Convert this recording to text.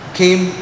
came